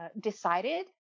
decided